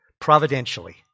providentially